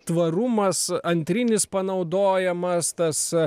tvarumas antrinis panaudojamas tas